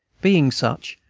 being such,